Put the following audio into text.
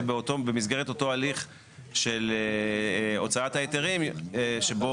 ובמסגרת אותו הליך של הוצאת ההיתרים שבו